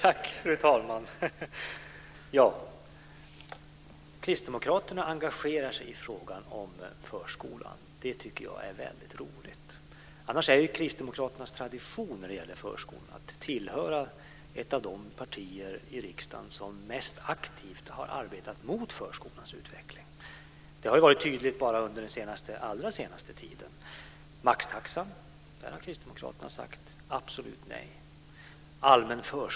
Fru talman! Kristdemokraterna engagerar sig i frågan om förskolan. Det tycker jag är väldigt roligt. Annars har Kristdemokraterna av tradition hört till ett av de partier i riksdagen som mest aktivt har arbetat mot förskolans utveckling. Det har varit tydligt också bara under den allra senaste tiden. Kristdemokraterna har sagt absolut nej till maxtaxan.